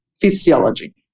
physiology